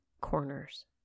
corners